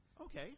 Okay